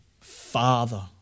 Father